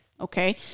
Okay